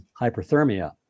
hyperthermia